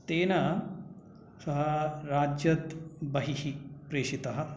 तेन सः राज्यात् बहिः प्रेषितः